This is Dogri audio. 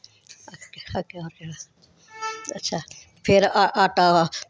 फिर आ आटा